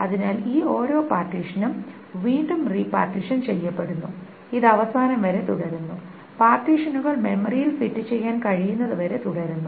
അതിനാൽ ഈ ഓരോ പാർട്ടീഷനും വീണ്ടും റീപാർട്ടീഷൻ ചെയ്യപ്പെടുന്നു ഇത് അവസാനം വരെ തുടരുന്നു പാർട്ടീഷനുകൾ മെമ്മറിയിൽ ഫിറ്റ് ചെയ്യാൻ കഴിയുന്നതുവരെ തുടരുന്നു